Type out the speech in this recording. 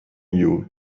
you